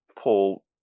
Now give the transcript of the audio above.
Paul